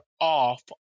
off